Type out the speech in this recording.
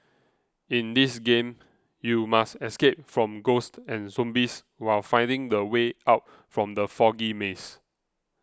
in this game you must escape from ghosts and zombies while finding the way out from the foggy maze